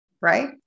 right